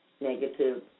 negative